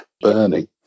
burning